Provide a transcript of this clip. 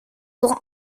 pour